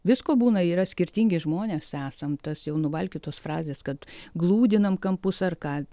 visko būna yra skirtingi žmonės esam tas jau nuvalkiotos frazės kad gludinam kampus ar ką